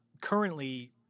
currently